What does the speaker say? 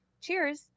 cheers